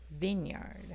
Vineyard